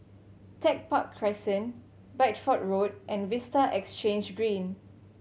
Tech Park Crescent Bideford Road and Vista Exhange Green